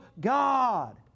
God